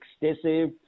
excessive